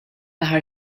aħħar